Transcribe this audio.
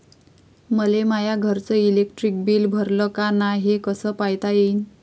मले माया घरचं इलेक्ट्रिक बिल भरलं का नाय, हे कस पायता येईन?